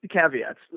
caveats